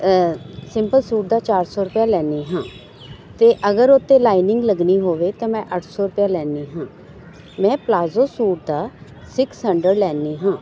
simple suit ਦਾ ਚਾਰ ਸੌ ਰੁਪਇਆ ਲੈਂਦੀ ਹਾਂ ਅਤੇ ਅਗਰ ਉੱਤੇ ਲਾਈਨਿੰਗ ਲੱਗਣੀ ਹੋਵੇ ਤਾਂ ਮੈਂ ਅੱਠ ਸੌ ਰੁਪਇਆ ਲੈਂਦੀ ਹਾਂ ਮੈਂ ਪਲਾਜੋ ਸੂਟ ਦਾ ਸਿਕਸ ਹੰਡਰਡ ਲੈਂਦੀ ਹਾਂ